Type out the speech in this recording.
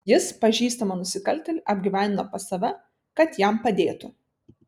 jis pažįstamą nusikaltėlį apgyvendino pas save kad jam padėtų